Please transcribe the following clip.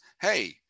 Hey